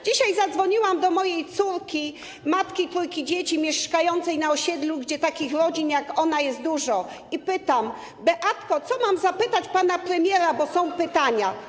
Dzisiaj zadzwoniłam do mojej córki, matki trójki dzieci mieszkającej na osiedlu, gdzie takich rodzin jak jej jest dużo, i pytam: Beatko, o co mam zapytać pana premiera, bo są pytania?